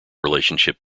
relationship